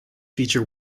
feature